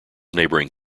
neighbouring